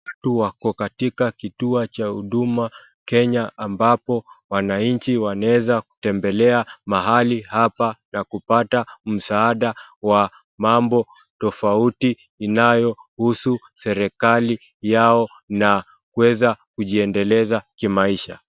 Watu wako katika kituo Cha huduma Kenya ambapo wananchi wanaeza kutembelea mahali hapa na kupata msahada wa mambo tofauti inayohusu serikali Yao na kuweza kujiendeleza kimaisha